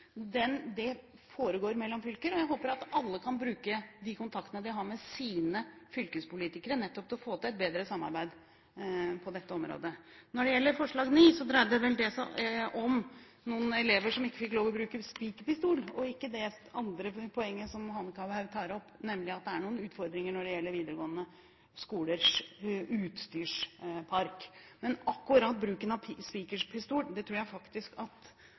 foregår mellom fylker, og jeg håper at alle kan bruke de kontaktene de har med sine fylkespolitikere, nettopp til å få til et bedre samarbeid på dette området. Når det gjelder punkt 9, dreide vel det seg om noen elever som ikke fikk lov til å bruke spikerpistol, og ikke det andre poenget som Hanekamhaug tok opp, nemlig at det er noen utfordringer når det gjelder videregående skolers utstyrspark. Men når det gjelder bruken av akkurat spikerpistol, tror jeg faktisk det er viktig at